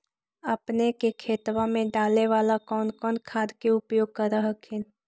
अपने के खेतबा मे डाले बाला कौन कौन खाद के उपयोग कर हखिन?